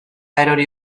erori